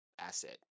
Asset